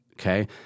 Okay